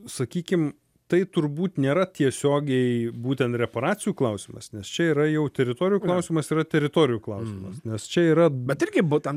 sakykim tai turbūt nėra tiesiogiai būtent reparacijų klausimas nes čia yra jau teritorijų klausimas yra teritorijų klausimas čia yra bet irgi buvo ten